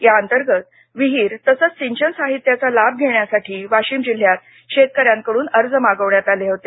या अंतर्गत विहीर तसेच सिंचन साहित्याचा लाभ घेण्यासाठी वाशीम जिल्ह्यात शेतकऱ्यांकडून अर्ज मागविण्यात आले होते